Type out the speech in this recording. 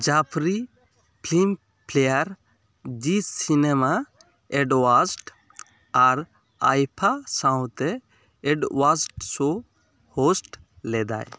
Jafri Filmfare Zee cinema awards ᱟᱨ IIFA ᱥᱟᱶᱛᱮ ᱮᱰᱳᱭᱟᱰᱥᱳ ᱦᱳᱥᱴ ᱞᱮᱫᱟᱭ